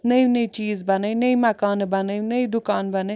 نٔوۍ نٔوۍ چیٖز بناے نٔے مکانہٕ بناے نٔے دُکانہٕ بناے